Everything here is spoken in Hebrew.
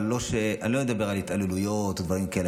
אני לא מדבר על התעללויות או על דברים כאלה,